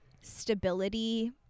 stability